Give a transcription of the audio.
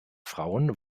frauen